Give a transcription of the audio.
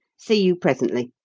see you presently.